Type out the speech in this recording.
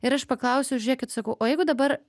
ir aš paklausiu žiūrėkit sakau o jeigu dabar